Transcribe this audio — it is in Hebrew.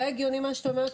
זה הגיוני מה שאתה אומר,